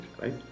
right